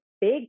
big